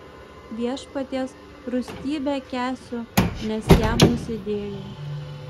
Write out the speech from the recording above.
viešpaties rūstybę kęsiu nes jam nusidėjau